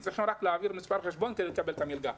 הם צריכים רק להעביר מספר חשבון כדי לקבל את המלגה.